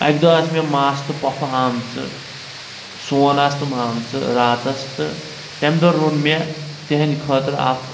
اَکہِ دۅہ آسہٕ مےٚ ماسہٕ تہِ پۅپھٕ آمژٕ سون آسہٕ تِم آمژٕ راتس تہٕ تَمہِ دۅہ روٚن مے تِہٕنٛدِ خٲطرِ اَکھ